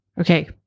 Okay